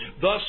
thus